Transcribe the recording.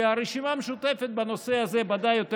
כי ברשימה המשותפת בנושא הזה ודאי יותר